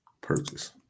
purchase